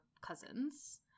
cousins